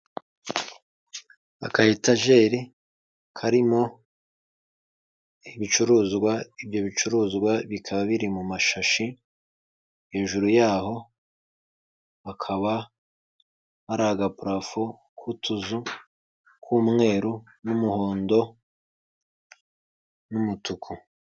Aka etajeri karimo ibicuruzwa, ibyo bicuruzwa bikaba biri mu mashashi, hejuru yaho bakaba hari agapurafo k'utuzu tw'umweru n'umuhondo n'umutuku.